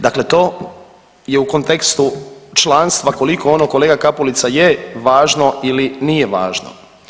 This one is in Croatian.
Dakle, to je u kontekstu članstva koliko ono kolega Kapulica je važno ili nije važno.